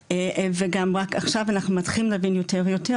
וגם רק עכשיו אנחנו מתחילים להבין יותר ויותר,